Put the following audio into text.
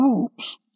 Oops